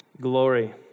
Glory